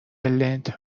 لنت